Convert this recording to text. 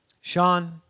Sean